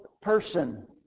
person